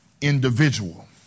individual